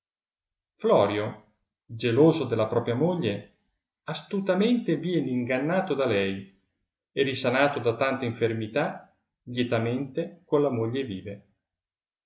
florio geloso della proprl moglie astutamente vien ingannato da lei e risanato da tanta infermità lietamente con la moglie vive